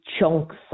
chunks